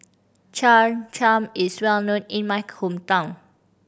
Cham Cham is well known in my hometown